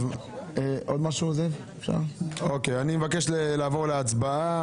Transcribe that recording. אני מבקש לעבור להצבעה.